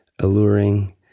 alluring